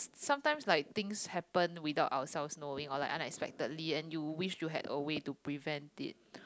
sometimes like things happen without ourselves knowing or like unexpectedly and you wished you had a way to prevent it